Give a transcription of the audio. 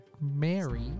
Mary